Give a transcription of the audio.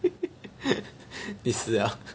你死 liao